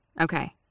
Okay